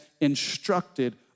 instructed